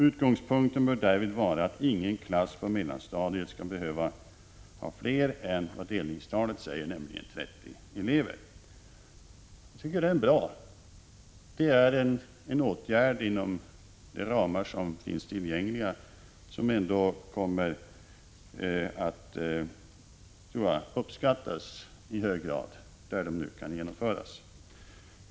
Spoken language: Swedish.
Utgångspunkten bör därvid vara att ingen klass på mellanstadiet skall behöva ha fler elever än vad delningstalet säger, nämligen 30. Jag tycker att det är bra. Det är en åtgärd inom de ramar som finns tillgängliga, en åtgärd som jag tror ändå kommer att uppskattas i hög grad där den nu kan genomföras.